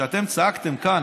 כשאתם צעקתם כאן,